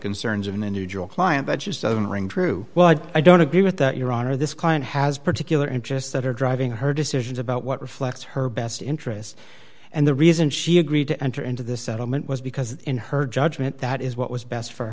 concerns of an individual client i just doesn't ring true well i don't agree with your honor this client has particular interests that are driving her decisions about what reflects her best interests and the reason she agreed to enter into this settlement was because in her judgment that is what was best for